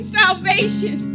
salvation